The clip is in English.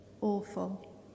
awful